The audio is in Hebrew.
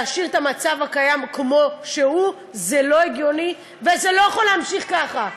להשאיר את המצב הקיים כמו שהוא זה לא הגיוני וזה לא יכול להמשיך ככה.